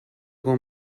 con